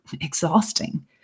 exhausting